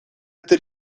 это